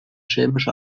chemische